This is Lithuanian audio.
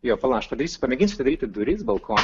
jo pala aš padarysiu pamėginsiu atidaryti duris balkono